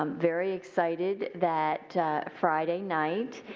um very excited that friday night,